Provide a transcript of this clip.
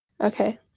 Okay